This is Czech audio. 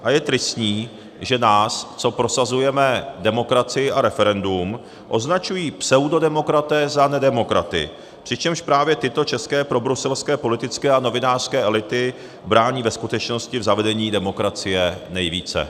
A je tristní, že nás, co prosazujeme demokracii a referendum, označují pseudodemokraté za nedemokraty, přičemž právě tyto české probruselské politické a novinářské elity brání ve skutečnosti zavedení demokracie nejvíce.